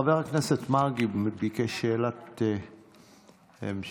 חבר הכנסת מרגי ביקש שאלת המשך.